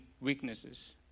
weaknesses